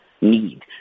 need